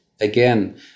again